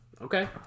Okay